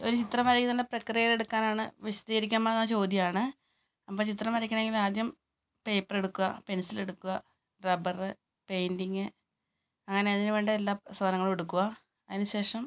ഒരു ചിത്രം വരയുടെ പ്രക്രിയ എന്താണെന്ന് വിശദീകരിക്കാമോ എന്ന ചോദ്യമാണ് അപ്പം ചിത്രം വരയ്ക്കണമെങ്കിൽ ആദ്യം പേപ്പർ എടുക്കുക പെൻസിൽ എടുക്കുക റബ്ബറ് പെയിൻറ്റിംഗ് അങ്ങനെ അതിന് വേണ്ട എല്ലാ സാധനങ്ങളു എടുക്കുക അതിന് ശേഷം